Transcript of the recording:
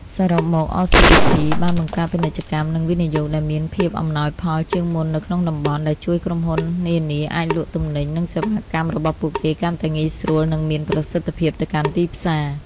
សរុបមក អ សុី អុី ភី (RCEP)បានបង្កើត ពាណិជ្ជកម្ម និងវិនិយោគដែលមានភាពអំណោយផលជាងមុននៅក្នុងតំបន់ ដែលជួយក្រុមហ៊ុននានាអាចលក់ទំនិញ និងសេវាកម្មរបស់ពួកគេកាន់តែងាយស្រួល និងមានប្រសិទ្ធភាពទៅកាន់ទីផ្សារ។